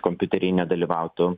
kompiuteriai nedalyvautų